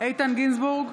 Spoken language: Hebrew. איתן גינזבורג,